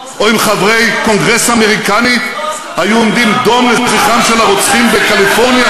או אם חברי קונגרס אמריקני היו עומדים דום לזכרם של הרוצחים בקליפורניה.